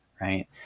right